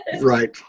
right